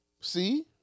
See